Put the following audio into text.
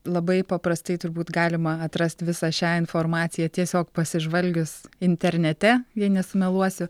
labai paprastai turbūt galima atrasti visą šią informaciją tiesiog pasižvalgius internete jei nesumeluosiu